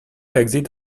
exit